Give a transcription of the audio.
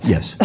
Yes